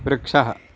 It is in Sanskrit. वृक्षः